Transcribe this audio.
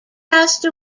passed